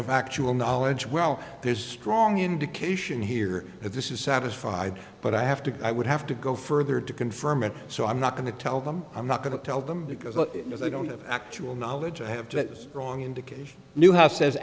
of actual knowledge well there's strong indication here that this is satisfied but i have to i would have to go further to confirm it so i'm not going to tell them i'm not going to tell them because they don't have actual knowledge i have to wrong indication newhouse